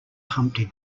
humpty